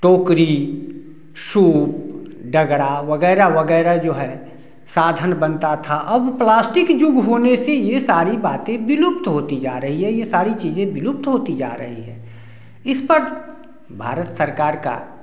टोकरी शो डगरा वग़ैरह वग़ैरह जो है साधन बनता था अब प्लास्टिक जो होने से यह सारी बातें विलुप्त होती जा रही हैं यह यह सारी चीज़ें विलुप्त होती जा रही हैं इस पर भारत सरकार का